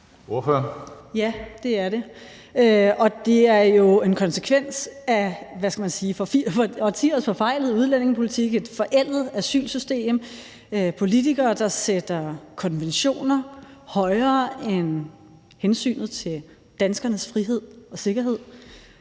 (NB): Ja, det er det, og det er jo en konsekvens af årtiers forfejlede udlændingepolitik, et forældet asylsystem og politikere, der sætter konventioner højere end hensynet til danskernes frihed og sikkerhed,